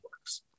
works